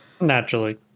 Naturally